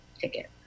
ticket